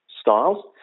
styles